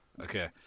okay